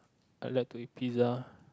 I like to eat pizza